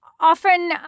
Often